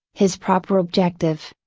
his proper objective.